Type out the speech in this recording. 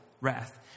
wrath